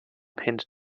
pinned